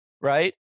right